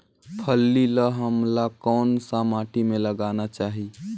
फल्ली ल हमला कौन सा माटी मे लगाना चाही?